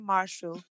Marshall